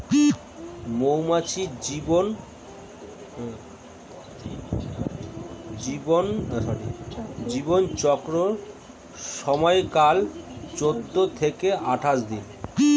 মৌমাছির জীবন চক্রের সময়কাল চৌদ্দ থেকে আঠাশ দিন